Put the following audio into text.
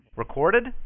Recorded